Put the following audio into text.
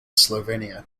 slovenia